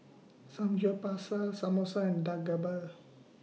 Samgyeopsal Samosa and Dak